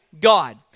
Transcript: God